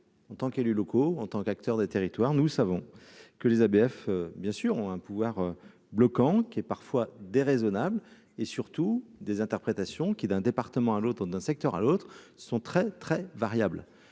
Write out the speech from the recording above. en tant qu'élus locaux en tant qu'acteur, des territoires, nous savons que les ABF bien sûr ont un pouvoir bloquant qui est parfois déraisonnables et surtout des interprétations qui, d'un département à l'autre, d'un secteur à l'autre sont très très variable,